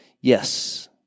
Yes